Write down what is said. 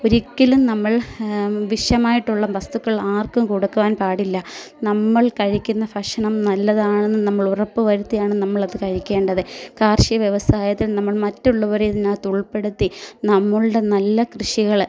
ഒരിക്കലും നമ്മൾ വിഷമായിട്ടുള്ള വസ്തുക്കൾ ആർക്കും കൊടുക്കുവാൻ പാടില്ല നമ്മൾ കഴിക്കുന്ന ഭക്ഷണം നല്ലതാണെന്ന് നമ്മളുറപ്പ് വരുത്തിയാണ് നമ്മളത് കഴിക്കേണ്ടത് കാർഷിക വ്യവസായത്തിൽ നമ്മൾ മറ്റുള്ളവരെ ഇതിനകത്തുൾപ്പെടുത്തി നമ്മളുടെ നല്ല കൃഷികൾ